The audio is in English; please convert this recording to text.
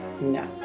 No